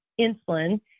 insulin